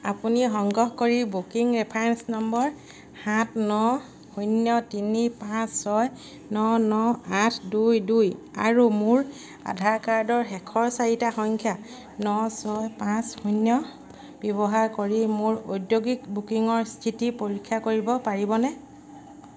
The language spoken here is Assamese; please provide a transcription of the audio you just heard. আপুনি সংগ্ৰহ কৰি বুকিং ৰেফাৰেঞ্চ নম্বৰ সাত ন শূন্য তিনি পাঁচ ছয় ন ন আঠ দুই দুই আৰু মোৰ আধাৰ কাৰ্ডৰ শেষৰ চাৰিটা সংখ্যা ন ছয় পাঁচ শূন্য ব্যৱহাৰ কৰি মোৰ ঔদ্যোগিক বুকিঙৰ স্থিতি পৰীক্ষা কৰিব পাৰিবনে